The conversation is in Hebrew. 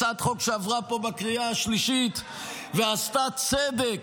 הצעת חוק שעברה פה בקריאה השלישית ועשתה צדק,